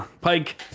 Pike